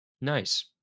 Nice